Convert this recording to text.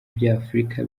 by’afurika